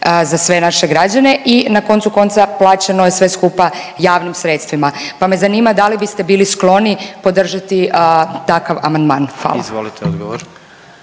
za sve naše građane i na koncu konca plaćeno je sve skupa javnim sredstvima, pa me zanima da li biste bili skloni podržati takav amandman. Hvala. **Jandroković,